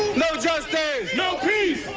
no justice, no peace.